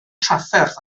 trafferth